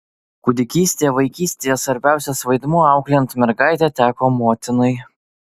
kūdikystėje vaikystėje svarbiausias vaidmuo auklėjant mergaitę teko motinai